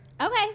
okay